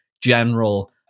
general